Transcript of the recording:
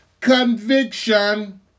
conviction